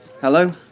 Hello